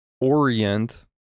Orient